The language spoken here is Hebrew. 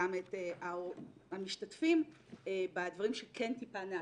וגם את המשתתפים בדברים שכן נעשים.